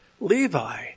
Levi